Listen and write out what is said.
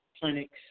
clinics